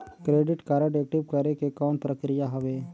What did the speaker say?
Credit card active करे के कौन प्रक्रिया हवे?